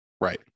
Right